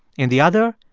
in the other,